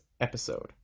episode